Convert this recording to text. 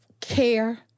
care